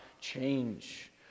change